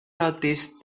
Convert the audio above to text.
noticed